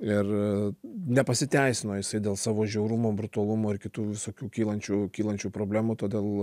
ir nepasiteisino jisai dėl savo žiaurumo brutalumo ir kitų visokių kylančių kylančių problemų todėl